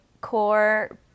core